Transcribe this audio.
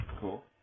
Cool